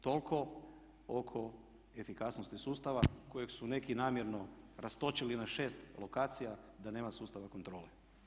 Toliko oko efikasnosti sustava kojeg su neki namjerno rastočili na 6 lokacija da nema sustava kontrole.